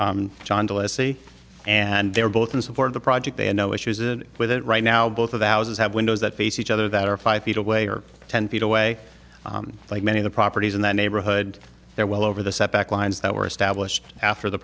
lacy and they're both in support of the project they had no issues and with it right now both of the houses have windows that face each other that are five feet away or ten feet away like many of the properties in that neighborhood they're well over the setback lines that were